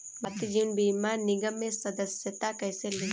भारतीय जीवन बीमा निगम में सदस्यता कैसे लें?